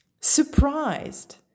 surprised